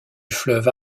fleuve